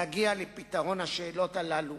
להגיע לפתרון השאלות הללו